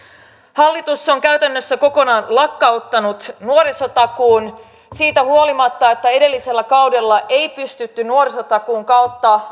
hallitus on käytännössä kokonaan lakkauttanut nuorisotakuun siitä huolimatta että edellisellä kaudella ei pystytty nuorisotakuun kautta